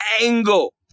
angle